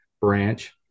branch